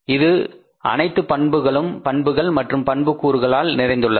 இது அனைத்து பண்புகள் மற்றும் பண்புக்கூறுகளால் நிறைந்துள்ளது